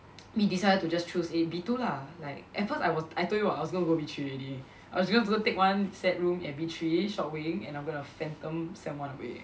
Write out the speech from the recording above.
we decided to just choose a B two lah like at first I was I told you [what] I was gonna go B three already I was just gonna take one sad room at B three short wing and I'm going to phantom sem one away